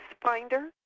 Finder